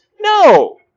No